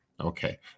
Okay